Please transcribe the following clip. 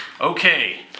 Okay